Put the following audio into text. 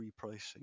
repricing